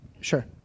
Sure